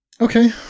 Okay